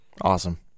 Awesome